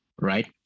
right